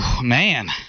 man